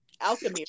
alchemy